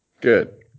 good